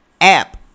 app